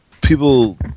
people